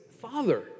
Father